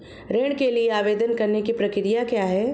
ऋण के लिए आवेदन करने की प्रक्रिया क्या है?